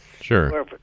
Sure